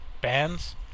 bands